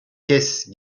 keith